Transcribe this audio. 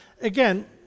again